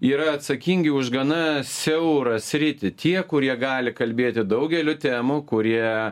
yra atsakingi už gana siaurą sritį tie kurie gali kalbėti daugeliu temų kurie